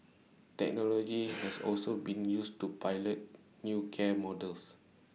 technology has also been used to pilot new care models